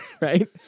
right